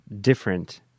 different